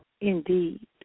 Indeed